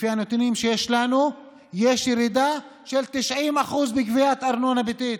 לפי הנתונים שיש לנו יש ירידה של 90% בגביית ארנונה ביתית,